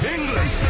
England